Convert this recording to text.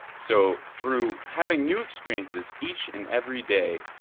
so through having new experiences each and every day,